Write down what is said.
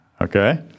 Okay